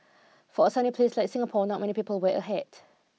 for a sunny place like Singapore not many people wear a hat